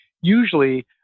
usually